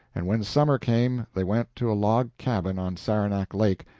and when summer came they went to a log cabin on saranac lake,